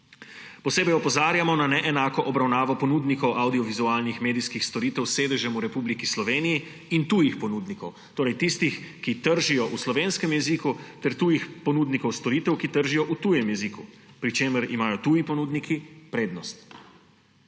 Posebej opozarjamo na neenako obravnavo ponudnikov avdiovizualnih medijskih storitev s sedežem v Republiki Sloveniji in tujih ponudnikov, torej tistih, ki tržijo v slovenskem jeziku, ter tujih ponudnikov storitev, ki tržijo v tujem jeziku, pri čemer imajo tuji ponudniki prednost.